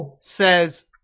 says